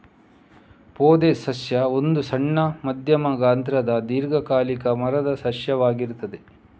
ಪೊದೆ ಸಸ್ಯ ಒಂದು ಸಣ್ಣ, ಮಧ್ಯಮ ಗಾತ್ರದ ದೀರ್ಘಕಾಲಿಕ ಮರದ ಸಸ್ಯವಾಗಿದೆ